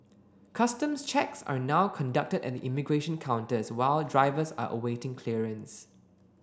customs checks are now conducted at the immigration counters while drivers are awaiting clearance